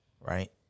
Right